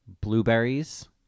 blueberries